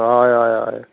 हय हय हय